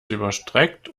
überstreckt